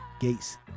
gates